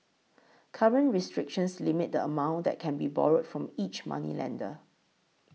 current restrictions limit the amount that can be borrowed from each moneylender